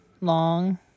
long